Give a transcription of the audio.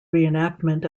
reenactment